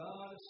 God